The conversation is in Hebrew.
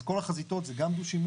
כל החזיתות זה גם דו-שימוש,